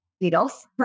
needles